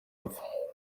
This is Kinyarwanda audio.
apfa